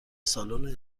سالن